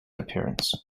appearance